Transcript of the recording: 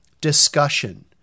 discussion